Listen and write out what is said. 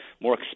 more